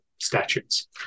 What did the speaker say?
statutes